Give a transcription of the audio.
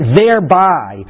thereby